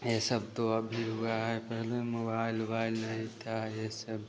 ये सब तो अभी हुआ है पहले मोबाइल उबाइल नहीं था ये सब